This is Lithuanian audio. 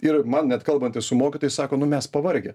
ir man net kalbantis su mokytojais sako nu mes pavargę